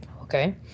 Okay